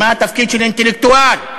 מה התפקיד של אינטלקטואל?